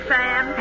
Sam